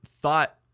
thought